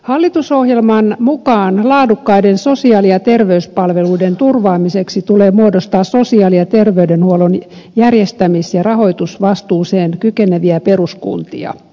hallitusohjelman mukaan laadukkaiden sosiaali ja terveyspalveluiden turvaamiseksi tulee muodostaa sosiaali ja terveydenhuollon järjestämis ja rahoitusvastuuseen kykeneviä peruskuntia